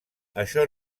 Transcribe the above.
això